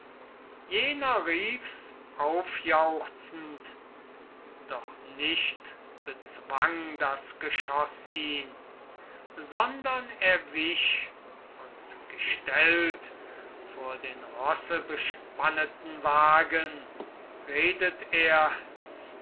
jener riefs aufjauchzend doch nicht bezwang das geschoß ihn sondern er wich und gestellt vor den rossebespanneten wagen redet er